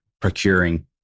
procuring